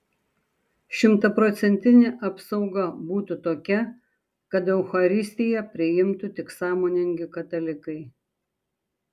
šimtaprocentinė apsauga būtų tokia kad eucharistiją priimtų tik sąmoningi katalikai